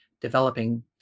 developing